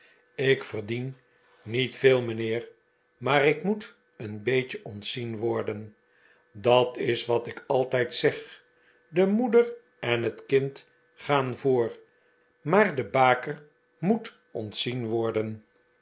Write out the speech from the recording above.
ik verdien niet veel mijnheer maar ik moet een beetje ontzien worden dat is wat ik altijd zeg de moeder en het kind gaan voor maar de baker moet ontzien worden